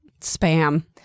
spam